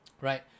right